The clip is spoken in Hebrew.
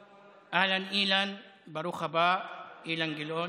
אהלן, אילן, ברוך הבא, אילן גילאון.